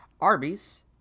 Arby's